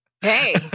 Hey